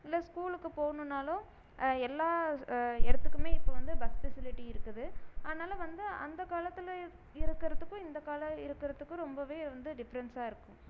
இல்லை ஸ்கூலுக்கு போகணும்னாலும் எல்லா இடத்துக்குமே இப்போ வந்து பஸ் ஃபெசிலிட்டி இருக்குது அதனால் வந்து அந்த காலத்தில் இருக்கிறதுக்கும் இந்த கால இருக்கிறதுக்கும் ரொம்பவே வந்து டிஃப்ரென்ஸாக இருக்கும்